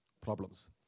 problems